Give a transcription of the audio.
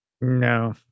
No